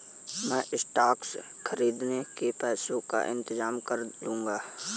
मैं स्टॉक्स खरीदने के पैसों का इंतजाम कर लूंगा